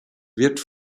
wird